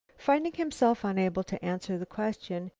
finding himself unable to answer the question,